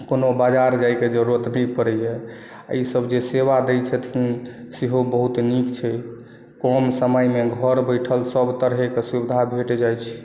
कोनो बाजार जाएकेँ जरुरत नहि पड़ैया ई सभ जे सेवा दै छथिन सेहो बहुत नीक छै कम समय मे घर बैठल सभ तरहे केँ सुविधा भेट जाइ छै